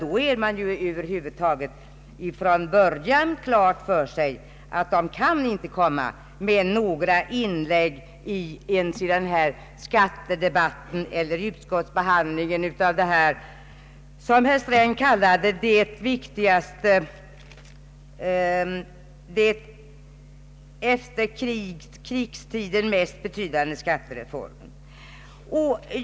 Då utgår man från början från att den inte heller kan komma med några sakliga inlägg i denna debatt. Inte heller i utskottsbehandlingen, och då rör den ändå enligt herr Sträng den sedan ”krigstiden mest betydande skattereformen”.